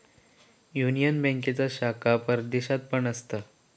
union बँकेचे शाखा परदेशात पण असत